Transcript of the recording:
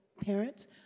parents